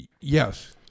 yes